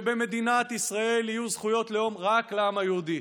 שבמדינת ישראל יהיו זכויות לאום רק לעם היהודי,